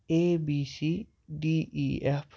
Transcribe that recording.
A B C D E F